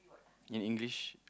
in english